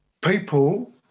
People